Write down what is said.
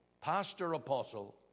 pastor-apostle